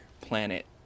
planet